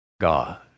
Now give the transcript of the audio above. God